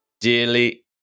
dearly